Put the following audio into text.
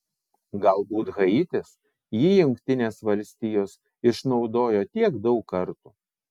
galbūt haitis jį jungtinės valstijos išnaudojo tiek daug kartų